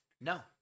No